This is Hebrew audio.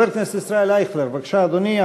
חבר הכנסת ישראל אייכלר, בבקשה, אדוני.